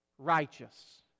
Righteous